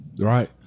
Right